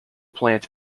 plant